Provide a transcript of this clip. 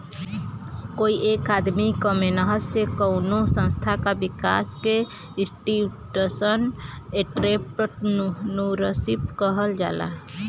कोई एक आदमी क मेहनत से कउनो संस्था क विकास के इंस्टीटूशनल एंट्रेपर्नुरशिप कहल जाला